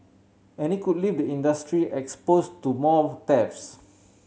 and it could leave the industry exposed to more thefts